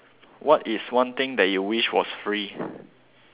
what is one thing that you wish was free